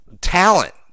talent